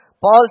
Paul